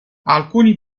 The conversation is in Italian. alcuni